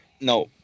No